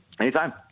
anytime